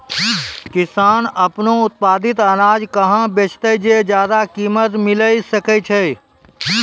किसान आपनो उत्पादित अनाज कहाँ बेचतै जे ज्यादा कीमत मिलैल सकै छै?